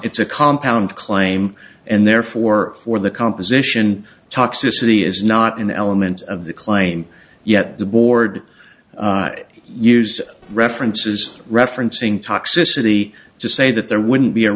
it's a compound claim and therefore for the composition toxicity is not an element of the claim yet the board use references referencing toxicity to say that there wouldn't be a